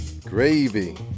Gravy